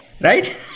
right